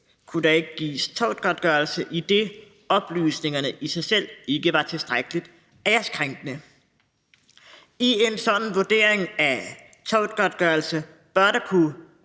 kunne der ikke gives tortgodtgørelse, idet oplysningerne i sig selv ikke var tilstrækkelig æreskrænkende. I en sådan vurdering af tortgodtgørelse bør der kunne